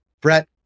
Brett